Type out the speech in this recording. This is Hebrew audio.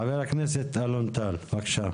חבר הכנסת אלון טל, בבקשה.